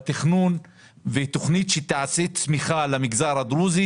בתכנון ותכנית שתגרום לצמיחה של המגזר הדרוזי.